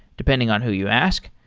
depending on who you ask.